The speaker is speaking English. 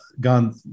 gone